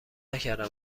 نکردم